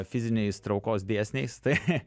fiziniais traukos dėsniais tai